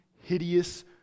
hideous